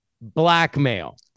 blackmail